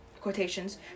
quotations